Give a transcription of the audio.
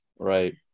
Right